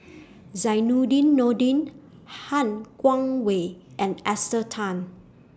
Zainudin Nordin Han Guangwei and Esther Tan